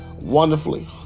wonderfully